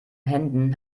händen